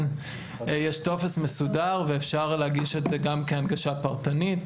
יש טופס מסודר ואפשר להגיש את זה גם כן כהנגשה פרטנית,